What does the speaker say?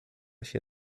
się